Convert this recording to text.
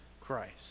Christ